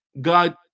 God